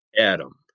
Adam